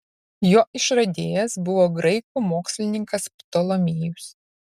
jo išradėjas buvo graikų mokslininkas ptolomėjus